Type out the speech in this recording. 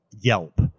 Yelp